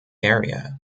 area